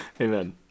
Amen